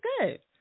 good